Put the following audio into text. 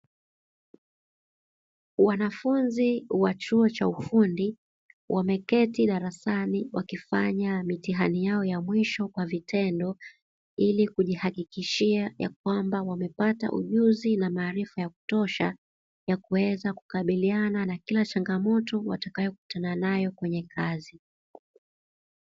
Wanafunzi wa chuo cha ufundi, wameketi darasani wakifanya mitihani yao ya mwisho kwa vitendo ili kujihakikishia ya kwamba wamepata ujuzi na maarifa ya kutosha ya kuweza kukabiliana na kila changamoto watakayokutana nayo kwenye kazi.